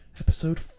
episode